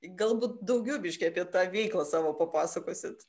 galbūt daugiau biškį apie tą veiklą savo papasakosit